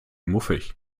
muffig